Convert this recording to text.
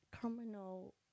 criminal